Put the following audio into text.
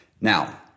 Now